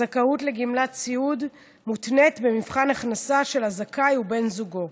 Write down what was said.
הזכאות לגמלת סיעוד מותנית במבחן הכנסה של הזכאי ובן זוגו.